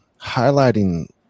highlighting